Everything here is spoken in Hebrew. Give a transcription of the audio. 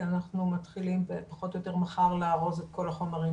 אנחנו מתחילים פחות או יותר מחר לארוז את כל החומרים